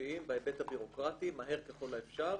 חלופיים בהיבט הביורוקרטי מהר ככל האפשר,